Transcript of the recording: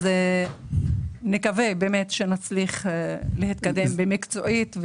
אז, נקווה באמת שנצליח להתקדם מקצועית.